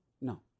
no